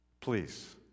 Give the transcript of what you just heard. please